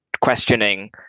questioning